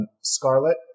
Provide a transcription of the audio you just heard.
Scarlet